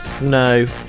No